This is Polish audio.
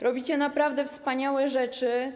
Robicie naprawdę wspaniałe rzeczy.